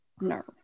No